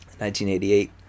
1988